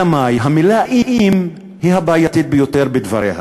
אלא מאי, המילה "אם" היא הבעייתית ביותר בדבריה,